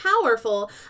powerful